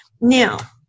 Now